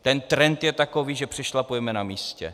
Ten trend je takový, že přešlapujeme na místě.